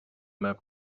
map